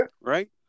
right